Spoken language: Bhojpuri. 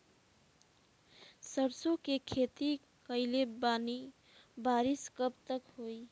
सरसों के खेती कईले बानी बारिश कब तक होई?